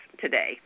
today